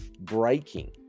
breaking